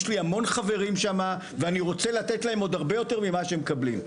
יש לי המון חברים שם ואני רוצה לתת להם עוד הרבה יותר ממה שהם מקבלים.